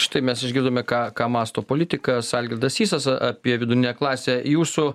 štai mes išgirdome ką ką mąsto politikas algirdas sysas apie vidurinę klasę jūsų